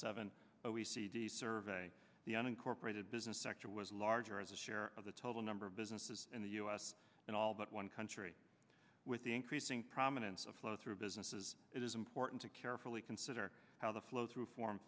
seven o e c d survey the unincorporated business sector was larger as a share of the total number of businesses in the u s in all but one country with the increasing prom and so flow through businesses it is important to carefully consider how the flow through form